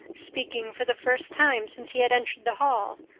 speaking for the first time since he had entered the hall,